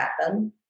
happen